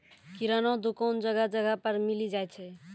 किराना दुकान जगह जगह पर मिली जाय छै